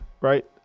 right